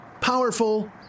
powerful